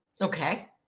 Okay